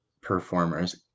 performers